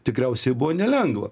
tikriausiai buvo nelengva